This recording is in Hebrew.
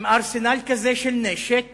עם ארסנל כזה של נשק